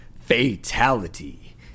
Fatality